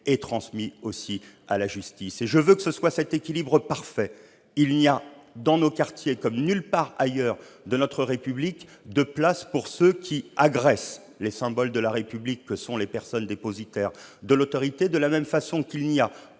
et conduits devant la justice. Je veux un équilibre parfait : il n'y a pas dans nos quartiers, comme partout ailleurs dans notre pays, de place pour ceux qui agressent les symboles de la République que sont les personnes dépositaires de l'autorité, de la même façon qu'il n'y a